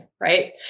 right